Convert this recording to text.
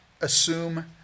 assume